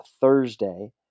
Thursday